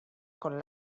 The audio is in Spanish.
con